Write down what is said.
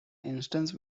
instance